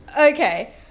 Okay